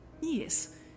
Yes